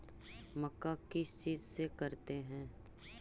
मक्का किस चीज से करते हैं?